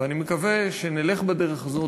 ואני מקווה שנלך בדרך הזאת,